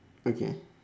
okay